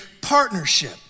partnership